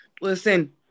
Listen